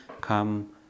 come